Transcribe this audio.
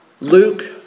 Luke